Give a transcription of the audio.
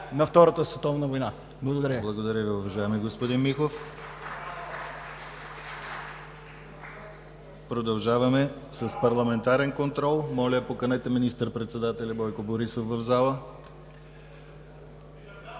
на Втората световна война.“ Благодаря.